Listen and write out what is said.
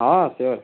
ହଁ ସିଓର୍